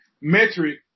metric